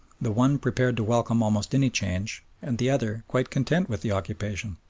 the one prepared to welcome almost any change and the other quite content with the occupation.